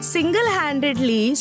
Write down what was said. Single-handedly